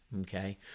Okay